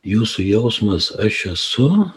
jūsų jausmas aš esu